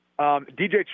DJ